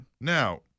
Now